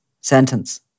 sentence